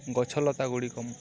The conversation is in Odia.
ଗଛଲତା ଗୁଡ଼ିକ